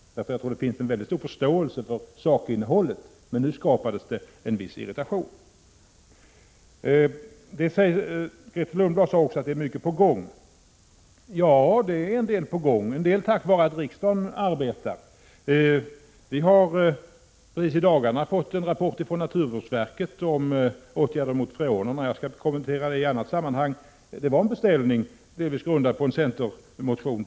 Jag tror nämligen att det finns en mycket stor förståelse för sakinnehållet, men nu skapades en viss irritation. Grethe Lundblad sade att mycket är på gång. Ja, det är en del på gång, bl.a. på grund av riksdagens arbete. Vi har i dagarna fått en rapport från naturvårdsverket om åtgärder mot freonerna, vilken jag skall kommentera i ett annat sammanhang. Denna rapport var en beställning, delvis till följd av en centermotion.